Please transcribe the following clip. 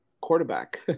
quarterback